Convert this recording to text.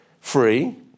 Free